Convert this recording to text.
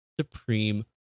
Supreme